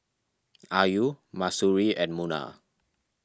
Ayu Mahsuri and Munah